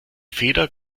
feder